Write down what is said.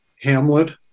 hamlet